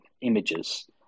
images